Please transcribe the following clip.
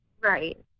right